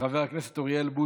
חבר הכנסת אוריאל בוסו,